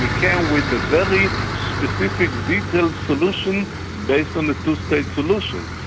he came with a very specific detailed solution based on the two-state solution.